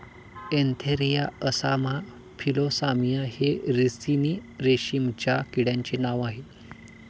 Antheraea assama Philosamia हे ricini रेशीमच्या किड्यांचे नाव आह